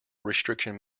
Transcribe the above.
restriction